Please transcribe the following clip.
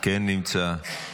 כן נמצא.